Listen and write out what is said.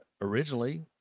originally